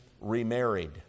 remarried